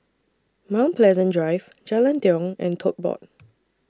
Mount Pleasant Drive Jalan Tiong and Tote Board